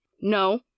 No